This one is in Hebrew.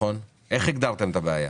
איך הגדרתם את הבעיה?